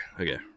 okay